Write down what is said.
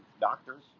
doctors